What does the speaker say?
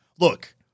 look